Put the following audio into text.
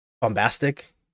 bombastic